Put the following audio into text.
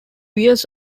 years